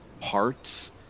parts